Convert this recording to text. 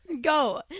Go